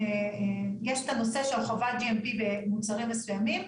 את הנושא של חובת GMP במוצרים מסוימים,